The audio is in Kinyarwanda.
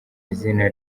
izina